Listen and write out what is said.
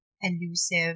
elusive